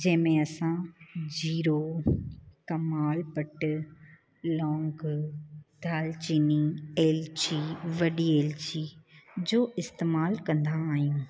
जंहिंमें असां जीरो कमालपट लॉंग दालि चिनी एल्ची वॾी एल्ची जो इस्तेमालु कंदा आहियूं